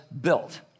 built